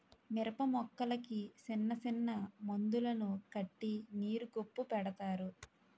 మిరపమొక్కలకి సిన్నసిన్న మందులను కట్టి నీరు గొప్పు పెడతారు